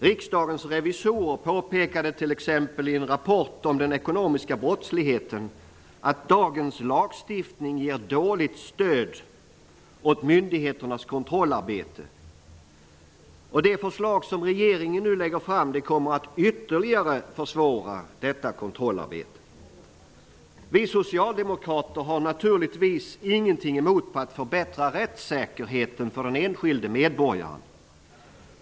Riksdagens revisorer påpekade t.ex. i en rapport om den ekonomiska brottsligheten att dagens lagstiftning ger dåligt stöd åt myndigheternas kontrollarbete. De förslag som regeringen nu lägger fram kommer att ytterligare försvåra detta kontrollarbete. Vi socialdemokrater har naturligtvis inget emot att förbättra rättssäkerheten för den enskilde medborgaren.